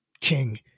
king